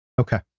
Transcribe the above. Okay